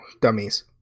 dummies